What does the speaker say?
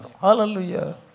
Hallelujah